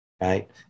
right